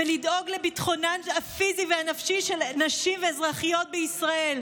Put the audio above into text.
ולדאוג לביטחונן הפיזי והנפשי של נשים ואזרחיות בישראל.